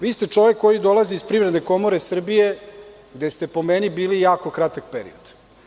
Vi ste čovek koji dolazi iz Privredne komore Srbije gde ste po meni bili jako kratak period.